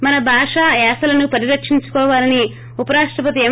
మన భాష యాస లను పరిరక్షించుకోవాలని ఉపరాష్టపతి ఎం